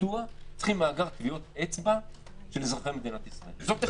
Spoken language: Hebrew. צריכים מאגר טביעות אצבע של אזרחי מדינת ישראל.